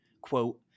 quote